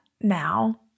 now